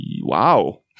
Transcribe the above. wow